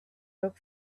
look